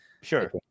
sure